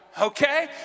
Okay